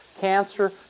cancer